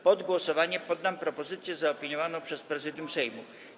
Pod głosowanie poddam propozycję zaopiniowaną przez Prezydium Sejmu.